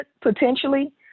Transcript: potentially